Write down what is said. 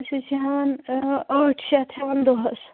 أسۍ حظ چھِ ہٮ۪وان ٲٹھ شَتھ ہٮ۪وان دۄہَس